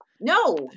No